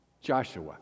Joshua